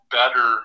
better